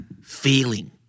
feeling